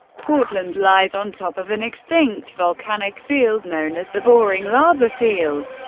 portland lies on top of an extinct volcanic field known as the boring lava field.